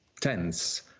tense